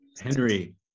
Henry